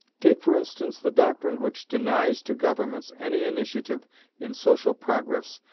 take for instance the doctrine which denies to governments any initiative in social progress,